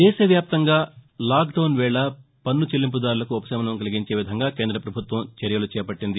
దేశవ్యాప్తంగా లాక్డౌస్ వేళ పన్ను చెల్లింపుదారులకు ఉపశమనం కలిగించేలా కేంద పభుత్వం చర్యలు చేపట్టింది